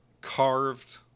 carved